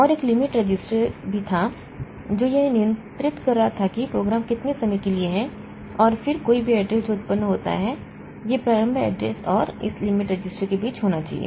और एक limit register भी था जो यह नियंत्रित कर रहा था कि प्रोग्राम कितने समय के लिए है और फिर कोई भी एड्रेस जो उत्पन्न होता है यह प्रारंभ एड्रेस और इस लिमिट रजिस्टर के बीच होना चाहिए